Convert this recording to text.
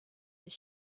his